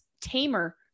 tamer